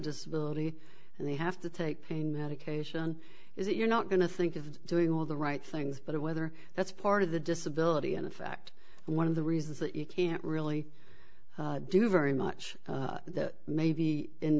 disability and they have to take pain medication is that you're not going to think of doing all the right things but it whether that's part of the disability and in fact one of the reasons that you can't really do very much that maybe in